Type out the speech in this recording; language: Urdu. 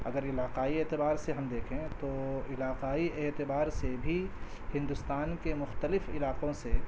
اگر علاقائی اعتبار سے ہم دیکھیں تو علاقائی اعتبار سے بھی ہندوستان کے مختلف علاقوں سے